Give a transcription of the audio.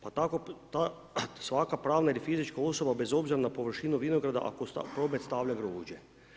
Pa tako ta svaka pravna ili fizička osoba bez obzira na površinu vinograda ako u promet stavlja grožđe.